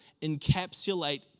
encapsulate